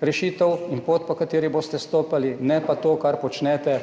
rešitev in pot, po kateri boste stopali. Ne pa to, kar počnete